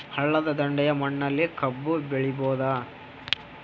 ಹಳ್ಳದ ದಂಡೆಯ ಮಣ್ಣಲ್ಲಿ ಕಬ್ಬು ಬೆಳಿಬೋದ?